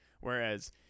whereas